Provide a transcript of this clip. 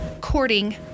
courting